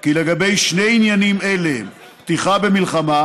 כי לגבי שני עניינים אלה, פתיחה במלחמה